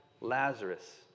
Lazarus